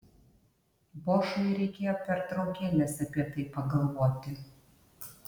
bošui reikėjo pertraukėlės apie tai pagalvoti